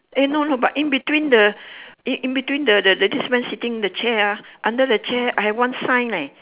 eh no no but in between the in between the the this man sitting the chair ah under the chair I have one sign leh